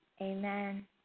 Amen